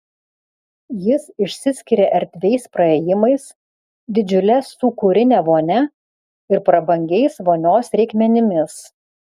jis išsiskiria erdviais praėjimais didžiule sūkurine vonia ir prabangiais vonios reikmenimis